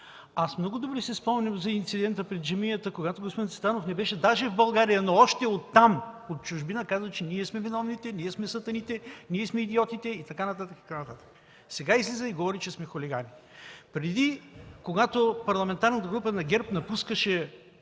Много добре си спомням за инцидента пред джамията, когато господин Цветанов не беше дори в България, но още оттам, от чужбина, каза, че ние сме виновните, ние сме сатаните, ние сме идиотите и така нататък, и така нататък. Сега излиза и говори, че сме хулигани. Когато Парламентарната група на ГЕРБ напускаше